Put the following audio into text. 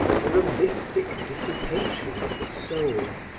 or a mystic dissipation of the soul.